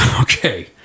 Okay